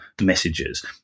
messages